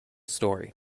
story